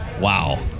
Wow